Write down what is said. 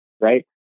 Right